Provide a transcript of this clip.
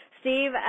Steve